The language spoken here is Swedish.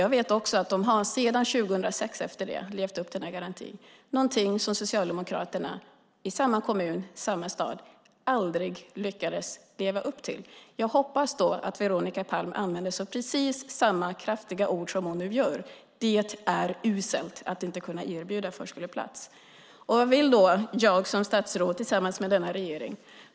Jag vet dock också att de sedan 2006 har levt upp till garantin. Det är någonting som Socialdemokraterna i samma kommun i samma stad aldrig lyckades leva upp till. Jag hoppas att Veronica Palm använde sig av precis samma kraftiga ord då som nu: Det är uselt att inte kunna erbjuda förskoleplats. Vad vill då jag som statsråd, tillsammans med denna regering?